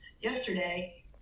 yesterday